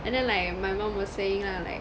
and then like my mum was saying lah like